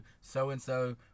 so-and-so